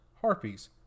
harpies